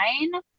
nine